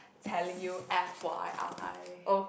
telling you f_y_i